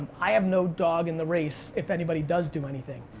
i have no dog in the race, if anybody does do anything.